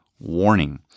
warning